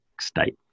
state